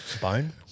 Bone